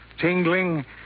tingling